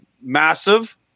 Massive